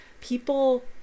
people